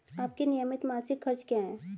आपके नियमित मासिक खर्च क्या हैं?